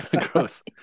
Gross